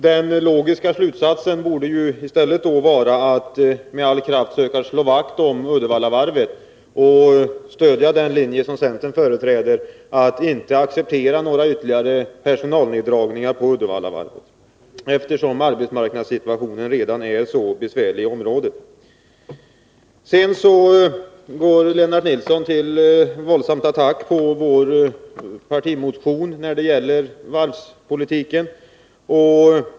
Den logiska slutsatsen borde i stället vara att man med all kraft skall söka slå vakt om Uddevallavarvet och stödja den linje som centern företräder, nämligen att inte acceptera några ytterligare personalneddragningar på Uddevallavarvet, eftersom arbetsmarknadssituationen redan är så besvärlig i området. Sedan går Lennart Nilsson till våldsam attack mot vår partimotion när det gäller varvspolitiken.